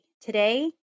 today